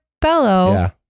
bellow